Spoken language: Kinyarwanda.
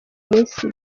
minsi